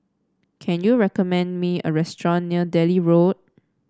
can you recommend me a restaurant near Delhi Road